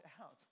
out